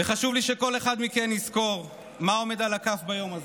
וחשוב לי שכל אחד מכם יזכור מה עומד על הכף ביום הזה.